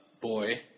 boy